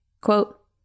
quote